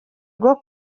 rwo